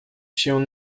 się